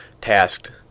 tasked